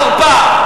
אחר פעם.